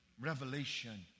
revelation